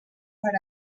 per